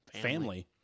family